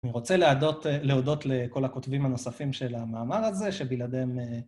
אני רוצה להודות לכל הכותבים הנוספים של המאמר הזה, שבלעדיהם...